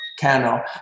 Cano